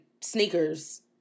sneakers